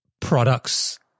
products